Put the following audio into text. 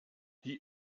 die